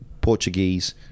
Portuguese